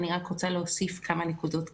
אני רק רוצה להוסיף כמה נקודות קצרות.